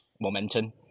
momentum